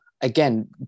again